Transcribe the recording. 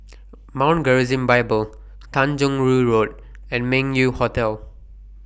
Mount Gerizim Bible Tanjong Rhu Road and Meng Yew Hotel